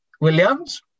Williams